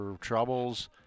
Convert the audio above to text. troubles